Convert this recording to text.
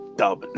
dub